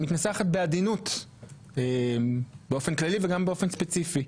מתנסחת בעדינות באופן כללי וגם באופן ספציפי,